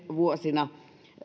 vuosina